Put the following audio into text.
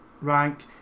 rank